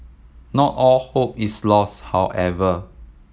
not all hope is lost however